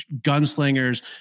gunslingers